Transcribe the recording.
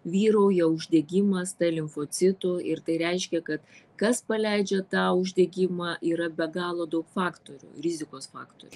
vyrauja uždegimas t limfocitų ir tai reiškia kad kas paleidžia tą uždegimą yra be galo daug faktorių rizikos faktorių